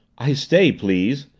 i stay, please!